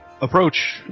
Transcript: approach